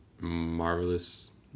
Marvelous